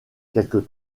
quelques